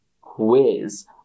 quiz